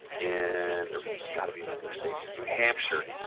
in there's got to be another state here. new hampshire.